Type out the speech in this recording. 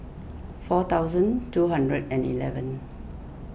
four thousand two hundred and eleven